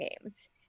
games